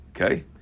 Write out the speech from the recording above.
okay